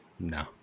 No